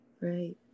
right